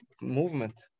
movement